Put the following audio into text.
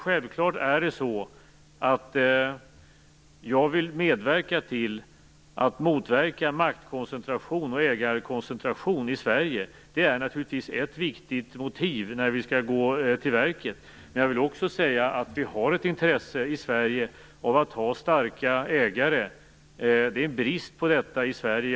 Självfallet vill jag medverka till att motverka makt och ägarkoncentration i Sverige. Det är naturligtvis ett viktigt motiv när vi skall gå till verket. Vi har dock ett intresse i Sverige av att ha starka ägare - det är brist på dem i Sverige.